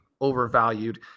overvalued